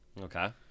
Okay